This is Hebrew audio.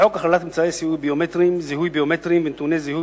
בחוק הכללת אמצעי זיהוי ביומטריים ונתוני זיהוי